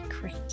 great